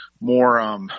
more